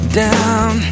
down